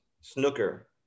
snooker